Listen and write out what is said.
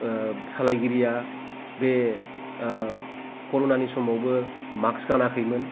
सालायगिरिया बे कर'नानि समावबो मास्क गानाखैमोन